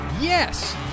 Yes